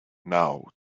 now